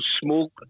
smoke